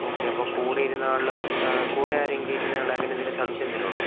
okay അപ്പം കൂടെ ഇരുന്ന ആൾ കൂടെയാരെങ്കിലും ഇരുന്നയാളെ അങ്ങനെ എന്തെങ്കിലും സംശയം എന്തെങ്കിലും ഉണ്ടോ